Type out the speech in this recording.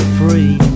free